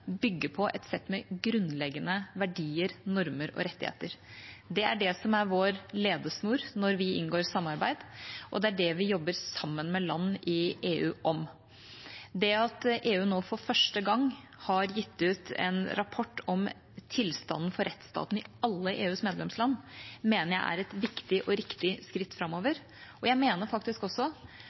er vår ledesnor når vi inngår samarbeid, og det er det vi jobber sammen med land i EU om. Det at EU nå for første gang har gitt ut en rapport om tilstanden for rettsstaten i alle EUs medlemsland, mener jeg er et viktig og riktig skritt framover. Jeg mener også